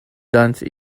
dance